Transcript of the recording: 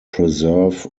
preserve